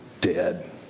dead